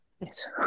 Yes